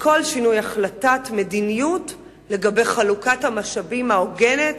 בכל שינוי החלטת מדיניות לגבי חלוקת המשאבים ההוגנת,